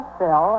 Phil